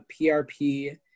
PRP